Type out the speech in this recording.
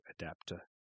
adapter